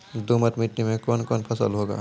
दोमट मिट्टी मे कौन कौन फसल होगा?